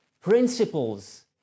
principles